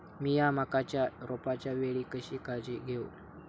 मीया मक्याच्या रोपाच्या वेळी कशी काळजी घेव?